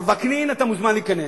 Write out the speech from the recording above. וקנין, אתה מוזמן להיכנס.